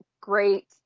great